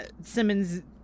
Simmons